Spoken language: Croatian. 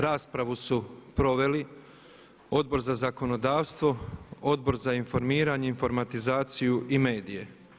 Raspravu su proveli Odbor za zakonodavstvo, Odbor za informiranje, informatizaciju i medije.